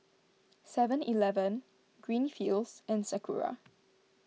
Seven Eleven Greenfields and Sakura